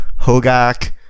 Hogak